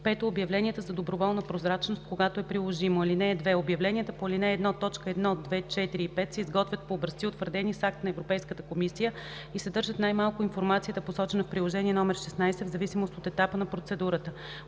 5. обявленията за доброволна прозрачност, когато е приложимо. (2) Обявленията по ал. 1, т. 1, 2, 4 и 5 се изготвят по образци, утвърдени с акт на Европейската комисия, и съдържат най-малко информацията, посочена в приложение № 16, в зависимост от етапа на процедурата.